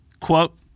quote